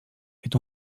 est